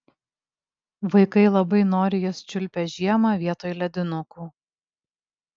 vaikai labai noriai jas čiulpia žiemą vietoj ledinukų